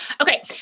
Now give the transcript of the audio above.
Okay